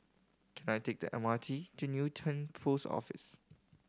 can I take the M R T to Newton Post Office